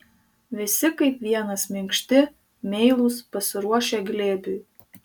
visi kaip vienas minkšti meilūs pasiruošę glėbiui